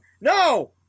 No